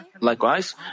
Likewise